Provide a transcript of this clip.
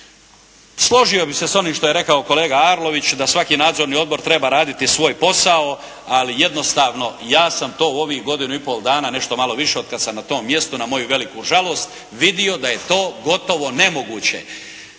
Složio bih se s onim što je rekao kolega Arlović da svaki nadzorni odbor treba raditi svoj posao ali jednostavno ja sam to u ovih godinu i pol dana, nešto malo više od kad sam na tom mjestu na moju veliku žalost vidio da je to gotovo nemoguće.